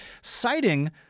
citing